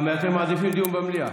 אתם מעדיפים דיון במליאה.